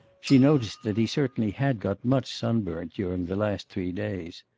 she noticed that he certainly had got much sunburnt during the last three days.